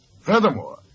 Furthermore